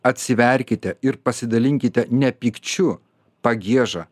atsiverkite ir pasidalinkite ne pykčiu pagieža